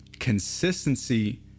Consistency